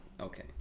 okay